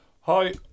Hi